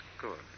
good